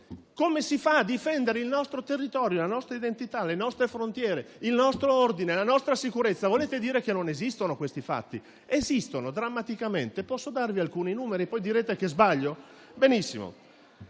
Come si fanno a difendere il nostro territorio, la nostra identità, le nostre frontiere, il nostro ordine e la nostra sicurezza? Volete dire che non esistono questi fatti? Esistono, drammaticamente. Posso darvi alcuni numeri, poi direte che sbaglio? Benissimo.